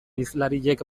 hizlariek